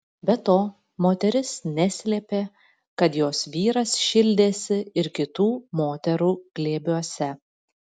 be to moteris neslėpė kad jos vyras šildėsi ir kitų moterų glėbiuose